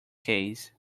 case